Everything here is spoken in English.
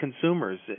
consumers